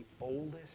oldest